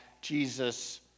Jesus